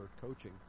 coaching